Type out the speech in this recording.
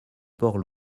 port